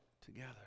together